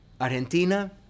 Argentina